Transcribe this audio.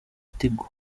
tigo